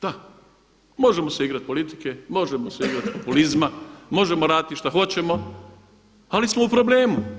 Da, možemo se igrati politike, možemo se igrati populizma, možemo raditi što hoćemo ali smo u problemu.